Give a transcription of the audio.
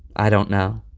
i don't know.